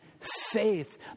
faith